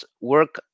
work